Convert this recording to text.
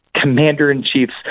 commander-in-chief's